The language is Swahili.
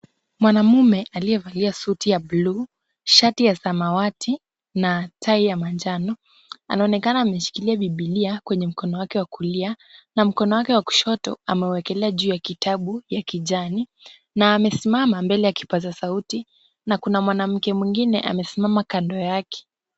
Mwanaume aliyevalia suti ya bluu, shati ya samawati na tai ya manjano anaonekana ameshikilia Bibilia kwenye mkono wake wa kulia na mkono wake wa kushoto amewekelea juu ya kitabu ya kijani na amesimama mbele ya kipaza sauti na kuna mwanamke mwingine amesimama kando yake.